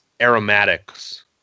aromatics—